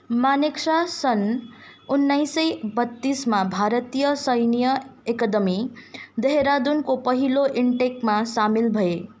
मानेकसा सन् उन्नाइस सय बत्तिसमा भारतीय सैन्य अकादमी देहरादुनको पहिलो इन्टेकमा सामेल भए